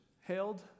hailed